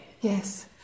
Yes